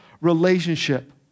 relationship